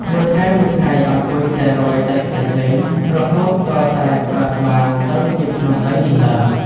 មួយថ្ងៃៗ អង្គុយតែរោយដីខ្សាច់លេង រហូតទាល់តែកើតបានទៅជាភ្នំដីនេះឡើង ។